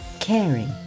caring